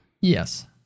Yes